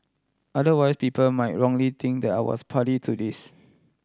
otherwise people might wrongly think that I was party to this